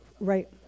Right